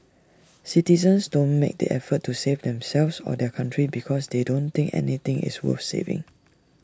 citizens don't make the effort to save themselves or their country because they don't think anything is worth saving